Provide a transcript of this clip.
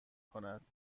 کند